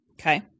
Okay